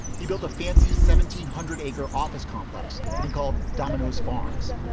he built a fancy seventeen hundred acre office complex that he called domino's farms.